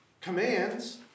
commands